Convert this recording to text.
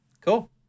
cool